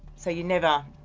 so you never,